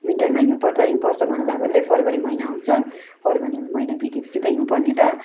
विन्टरमा हिउँ पर्छ हिउँ पर्छ भन्दा भन्दै फेब्रुअरी महिना आउँछ फेब्रुअरी महिना बितेपछि त हिउँ पर्ने त